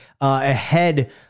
ahead